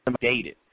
dated